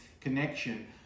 connection